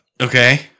Okay